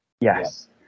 Yes